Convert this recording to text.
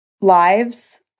lives